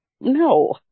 No